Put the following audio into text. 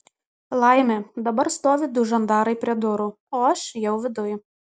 laimė dabar stovi du žandarai prie durų o aš jau viduj